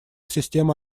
системы